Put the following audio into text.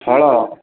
ଫଳ